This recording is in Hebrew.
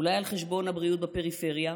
אולי על חשבון הבריאות בפריפריה?